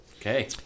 okay